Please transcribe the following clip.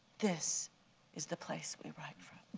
this is the place we write from.